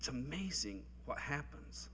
it's amazing what happens